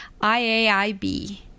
iaib